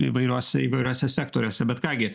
įvairiose įvairiuose sektoriuose bet ką gi